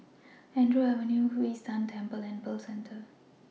Andrews Avenue Hwee San Temple and Pearl Centre